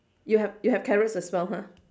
you have you have carrots as well ha